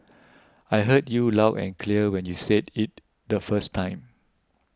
I heard you aloud and clear when you said it the first time